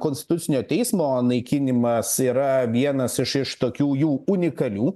konstitucinio teismo naikinimas yra vienas iš iš tokių jų unikalių